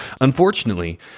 Unfortunately